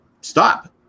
stop